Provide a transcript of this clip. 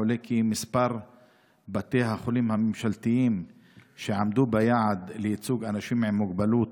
עולה כי מספר בתי החולים הממשלתיים שעמדו ביעד לייצוג אנשים עם מוגבלות,